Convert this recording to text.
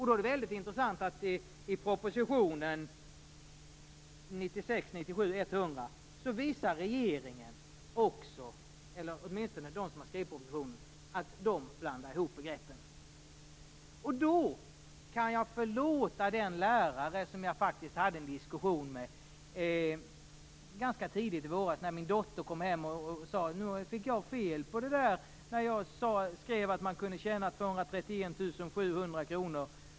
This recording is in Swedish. Då är det intressant att se i propositionen att också regeringen, eller åtminstone de som har skrivit propositionen, blandar ihop begreppen. Då kan jag förlåta den lärare som jag faktiskt hade en diskussion med ganska tidigt i våras. Då kom min dotter hem och sade: Jag fick fel när jag skrev att man kunde tjäna 231 700 kr.